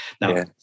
Now